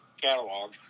catalog